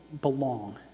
belong